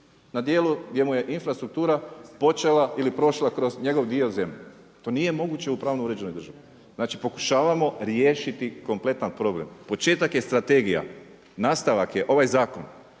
na dijelu gdje mu je infrastruktura počela ili prošla kroz njegov dio zemlje. To nije moguće u pravno uređenoj državi. Znači pokušavamo riješiti kompletan problem. Početak je strategija, nastavak je ovaj zakon.